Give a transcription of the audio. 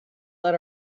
let